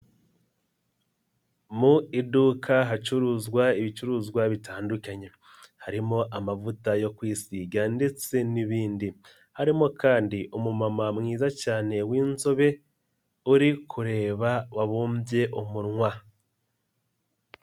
Mu iduka hacuruzwa ibicuruzwa bitandukanye, harimo amavuta yo kwisiga ndetse n'ibindi. Harimo kandi umu mama mwiza cyane w'inzobe, uri kureba wabumbye umunwa.